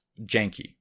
janky